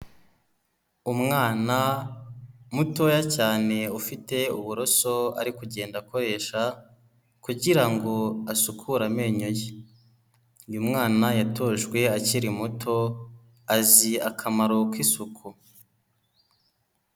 Umwana mutoya cyane ufite uburoso ari kugenda akoresha kugira ngo asukure amenyo ye, uyu mwana yatojwe akiri muto azi akamaro k'isuku.